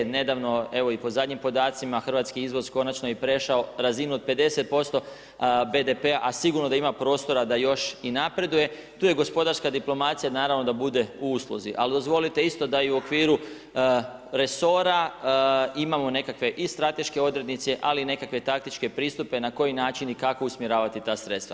Nedavno evo i po zadnjim podacima, hrvatski izvoz konačno je prešao razinu od 50% BDP-a a sigurno da ima prostora da još i napreduje, tu je gospodarska diplomacija naravno da bude u usluzi ali dozvolite isto da i u okviru resora imamo nekakve i strateške odrednice ali i nekakve taktične pristupe na koji način i kako usmjeravati ta sredstva.